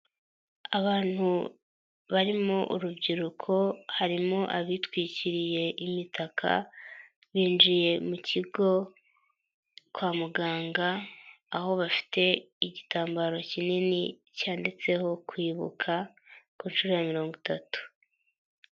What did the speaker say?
Abantu barimo urubyiruko harimo abitwikiriye imitaka binjiye mu kigo kwa muganga aho bafite igitambaro kinini cyanditseho kwibuka ku nshuro ya mirongo itatu.